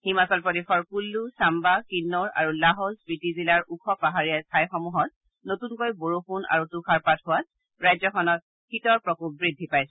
হিমাচল প্ৰদেশৰ কুলু ছাম্বা কিন্নোৰ আৰু লাহৌল স্পিটি জিলাৰ ওখ পাহাৰীয়া ঠাইসমূহত নতুনকৈ বৰযুণ আৰু তুষাৰপাত হোৱাত ৰাজ্যখনত শীতৰ প্ৰকোপ বৃদ্ধি পাইছে